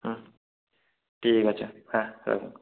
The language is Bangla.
হুম ঠিক আছে হ্যাঁ রাখুন